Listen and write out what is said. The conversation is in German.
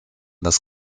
das